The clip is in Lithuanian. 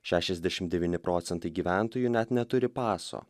šešiasdešim devyni procentai gyventojų net neturi paso